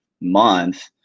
month